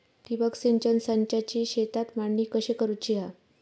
ठिबक सिंचन संचाची शेतात मांडणी कशी करुची हा?